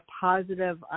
positive